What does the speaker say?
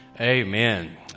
Amen